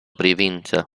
privință